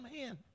man